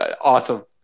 Awesome